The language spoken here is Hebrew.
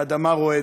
והאדמה רועדת.